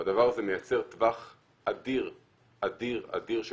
הדבר הזה מייצר טווח אדיר אדיר אדיר של